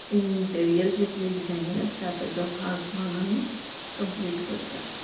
interior जें कितें designing आसता तेाचो भाग हो आमी कंप्लीट करतात